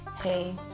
Hey